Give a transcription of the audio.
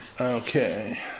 Okay